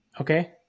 Okay